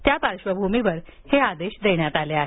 त्या पार्श्वभूमीवर हे आदेश देण्यात आले आहेत